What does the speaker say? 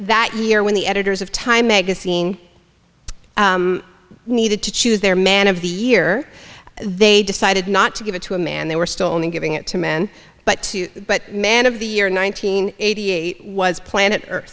that year when the editors of time magazine needed to choose their man of the year they decided not to give it to a man they were still only giving it to men but man of the year nine hundred eighty eight was plan